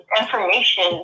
information